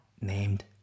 named